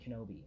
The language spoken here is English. Kenobi